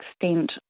extent